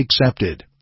accepted